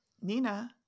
Nina